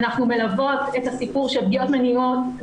אנחנו מלוות את הסיפור של פגיעות מיניות,